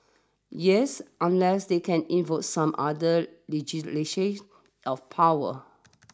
yes unless they can invoke some other legislation of power